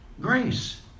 grace